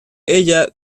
ella